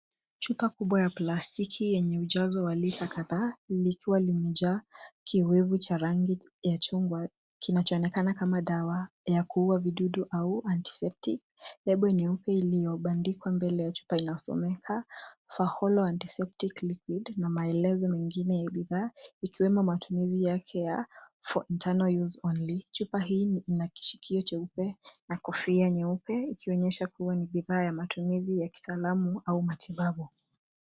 Chupa kubwa ya plastiki yenye mjazo wa lita kadhaa likiwa limejaa kivuivu cha rangi ya chungwa kinachoonekana kama dawa ya kuua vidudu au antiseptic Lebo nyeupe iliyobandikwa mbele ya chupa inasomeka Faholo Antiseptic liquid na maelezo mengine ya bidhaa ikiwemo matumizi yake yake ya for internal use only . Chupa hii ina kishikio cheupe na kofia nyeupe ikionyesha kuwa ni bidhaa ya matumizi ya kitaalamu au matibabu.